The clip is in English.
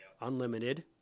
unlimited